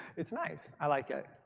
it's nice, i like it.